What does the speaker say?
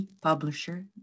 Publisher